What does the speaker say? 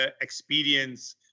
experience